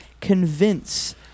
convince